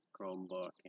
Chromebook